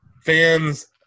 fans